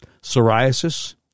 psoriasis